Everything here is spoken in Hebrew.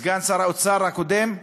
סגן שר האוצר הקודם?